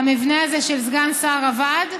המבנה הזה של סגן שר עבד,